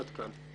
עד כאן.